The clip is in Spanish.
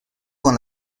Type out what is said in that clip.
con